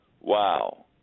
Wow